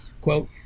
Quote